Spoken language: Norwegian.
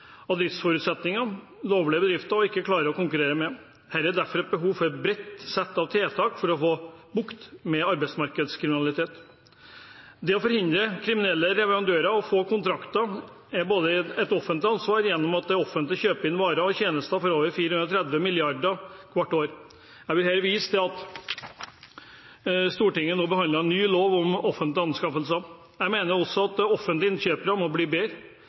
driftsforutsetninger lovlige bedrifter ikke klarer å konkurrere med. Her er det derfor behov for et bredt sett tiltak for å få bukt med arbeidsmarkedskriminalitet. Det å forhindre kriminelle leverandører fra å få kontrakter er også et offentlig ansvar gjennom at det offentlige kjøper inn varer og tjenester for over 430 mrd. kr hvert år. Jeg vil her vise til at Stortinget nå behandler ny lov om offentlige anskaffelser. Jeg mener også at offentlige innkjøpere må bli bedre.